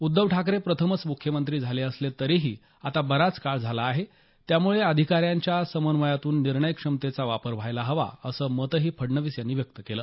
उद्धव ठाकरे प्रथमच मुख्यमंत्री झाले असले तरीही आता बराच काळ झाला आहे त्यामुळे अधिकाऱ्यांच्या समन्वयातून निर्णयक्षमतेचा वापर व्हायला हवा असं मतंही फडणवीस यांनी व्यक्त केलं